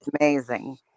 amazing